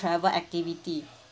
travel activity